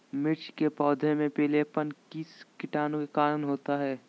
मिर्च के पौधे में पिलेपन किस कीटाणु के कारण होता है?